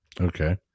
Okay